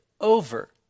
over